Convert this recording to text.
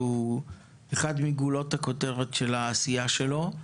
הוא אחד מגולות הכותרת של העשייה שלו.